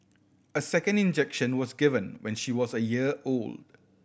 a second injection was given when she was a year old